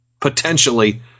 potentially